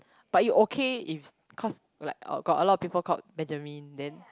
but you okay if cause like uh got a lot of people called Benjamin then